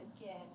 again